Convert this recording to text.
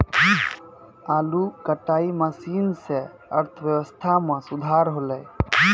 आलू कटाई मसीन सें अर्थव्यवस्था म सुधार हौलय